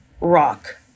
rock